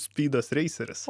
spidas reiseris